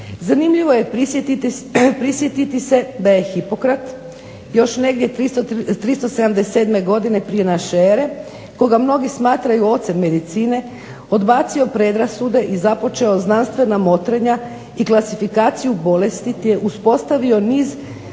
Zanimljivo je prisjetiti se da je Hipokrat još negdje 377. godine prije naše ere, koga mnogi smatraju ocem medicine, odbacio predrasude i započeo znanstvena motrenja i klasifikaciju bolesti te uspostavio niz